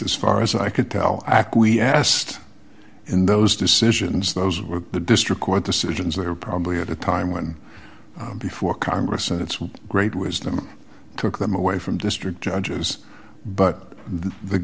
as far as i could tell acquiesced in those decisions those were the district court the citizens there probably at a time when before congress and its great wisdom took them away from district judges but the